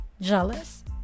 jealous